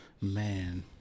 man